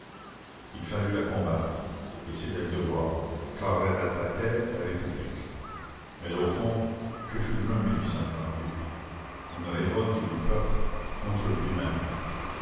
il fallut la combattre et c'était le devoir car elle attaquait la république mais au fond que fut juin une révolte du peuple contre lui-même